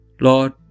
Lord